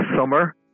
summer